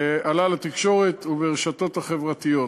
עלה בתקשורת וברשתות החברתיות.